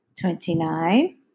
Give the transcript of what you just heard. twenty-nine